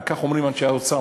כך אומרים אנשי האוצר,